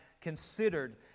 considered